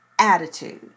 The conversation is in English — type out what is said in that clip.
attitude